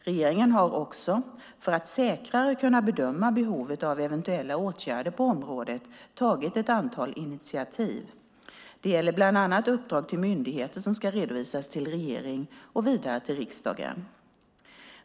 Regeringen har också, för att säkrare kunna bedöma behovet av eventuella åtgärder på området, tagit ett antal initiativ. Det gäller bland annat uppdrag till myndigheter som ska redovisas till regeringen och vidare till riksdagen.